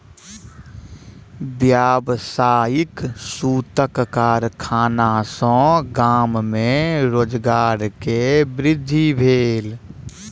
व्यावसायिक सूतक कारखाना सॅ गाम में रोजगार के वृद्धि भेल